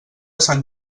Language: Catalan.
sant